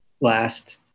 last